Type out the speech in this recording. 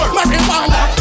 Marijuana